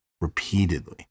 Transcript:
repeatedly